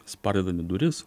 spardydami duris